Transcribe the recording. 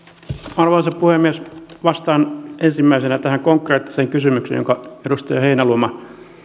arvoisa puhemies vastaan ensimmäisenä tähän konkreettiseen kysymykseen jonka edustaja heinäluoma